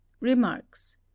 Remarks